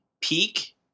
peak